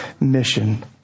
mission